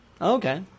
okay